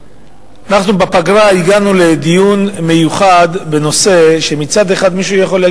אנחנו הגענו לדיון מיוחד בפגרה בנושא שמצד אחד מישהו יכול היה